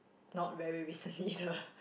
not very recently the